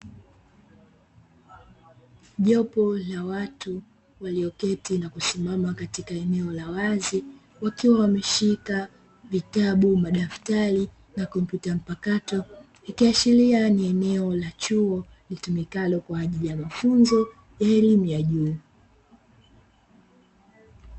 Jopo la watu walioketi na kusimama katika eneo la wazi, wakiwa wameshika vitabu, madaftari na kompyuta mpakato ikiashiria ni eneo la chuo litumikalo kwa ajili ya mafunzo ya elimu ya juu.